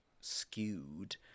skewed